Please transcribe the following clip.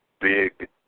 big